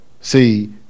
See